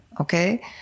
Okay